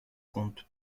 compte